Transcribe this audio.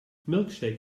milkshake